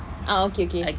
ah okay okay